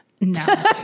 No